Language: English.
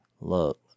look